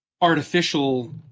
artificial